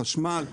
חשמל.